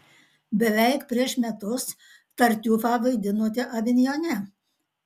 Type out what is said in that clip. beveik prieš metus tartiufą vaidinote avinjone